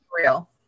real